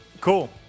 Cool